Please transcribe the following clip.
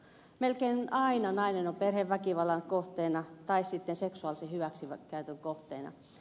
melkein aina nainen on perheväkivallan kohteena tai sitten seksuaalisen hyväksikäytön kohteena